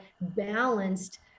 balanced